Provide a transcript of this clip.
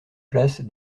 place